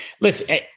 listen